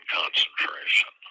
concentration